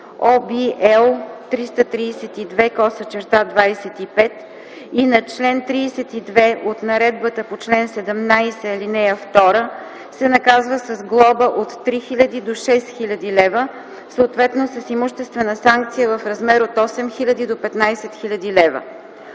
L 332/25) и на чл. 32 от наредбата по чл. 17, ал. 2, се наказва с глоба от 3000 до 6000 лв., съответно с имуществена санкция в размер от 8000 до 15 000 лв.”